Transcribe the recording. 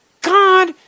God